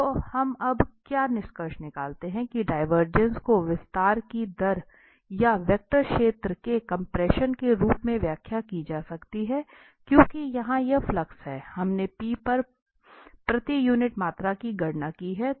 तो हम अब क्या निष्कर्ष निकालते हैं कि डिवरजेंस को विस्तार की दर या वेक्टर क्षेत्र के कम्प्रेशन के रूप में व्याख्या की जा सकती है क्योंकि यह यहां फ्लक्स है हमने P पर प्रति यूनिट मात्रा की गणना की है